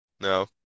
No